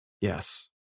Yes